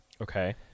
Okay